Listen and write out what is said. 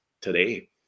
today